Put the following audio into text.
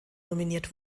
nominiert